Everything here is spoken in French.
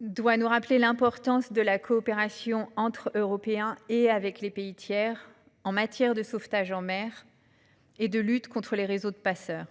doit nous rappeler l'importance de la coopération entre Européens et avec les pays tiers en matière de sauvetage en mer et de lutte contre les réseaux de passeurs.